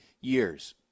years